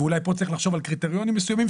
ואולי פה צריך לחשוב על קריטריונים מסוימים,